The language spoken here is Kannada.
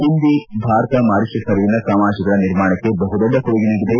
ಹಿಂದಿ ಭಾರತ ಮಾರಿಷಸ್ ನಡುವಿನ ಸಮಾಜಗಳ ನಿರ್ಮಾಣಕ್ಕೆ ಬಹುದೊಡ್ಡ ಕೊಡುಗೆ ನೀಡಿದೆ